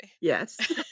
Yes